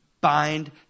bind